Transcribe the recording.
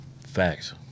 Facts